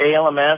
ALMS